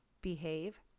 behave